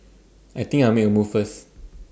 I think I'll make A move first